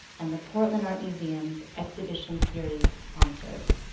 and the portland art museum's exhibition series sponsors.